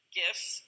gifts